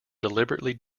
deliberately